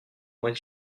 moins